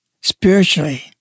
spiritually